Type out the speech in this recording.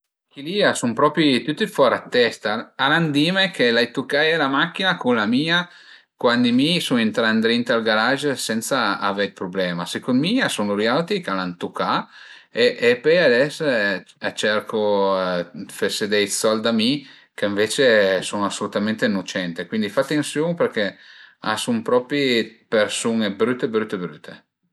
Chili a sun propi tüti fora d'testa, al an dime che l'ai tucaie la macchina cun la mia cuandi mi sun intrà ëndrinta al garage sensa avei d'prublema, secund mi a sun lur auti ch'al a tucà e e pöi ades a cercu de fese de i sold da mi che ënvece sun assolutamente innocente, cuindi fa atensiun perché a sun propi persun-e brüte brüte brüte